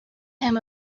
him